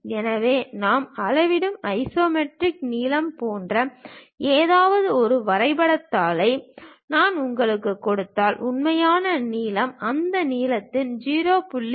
எனவே நான் அளவிடும் ஐசோமெட்ரிக் நீளம் போன்ற ஏதாவது ஒரு வரைபடத் தாளை நான் உங்களுக்குக் கொடுத்தால் உண்மையான நீளம் அந்த நீளத்தின் 0